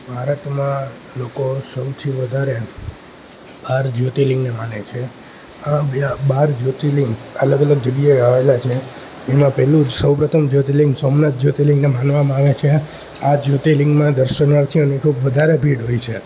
ભારતમાં લોકો સૌથી વધારે બાર જ્યોતિર્લિંગને માને છે આ બાર જ્યોતિર્લિંગ અલગ અલગ જગ્યાએ આવેલાં છે એમાં પહેલું સૌ પ્રથમ જ્યોતિર્લિંગ સોમનાથ જ્યોતિર્લિંગ માનવામાં આવે છે આ જ્યોતિર્લિંગમાં દર્શનાર્થીઓ અનુરૂપ વધારે ભીડ હોય છે